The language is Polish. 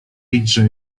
idźże